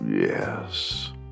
yes